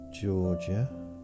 Georgia